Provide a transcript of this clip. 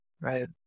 Right